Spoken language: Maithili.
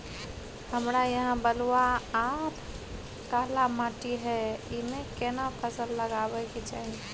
हमरा यहाँ बलूआ आर काला माटी हय ईमे केना फसल लगबै के चाही?